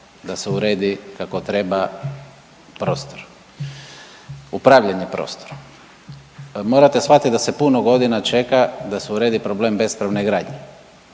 da se uredi kako treba prostor, upravljanje prostorom. Morate shvatiti da se puno godina čeka da se uredi problem bespravne gradnje